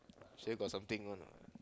sure got something one what